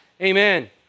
Amen